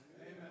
Amen